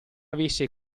avesse